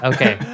Okay